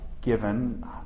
given